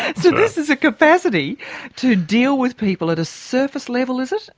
so this is a capacity to deal with people at a surface level, is it,